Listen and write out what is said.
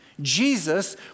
Jesus